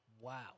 Wow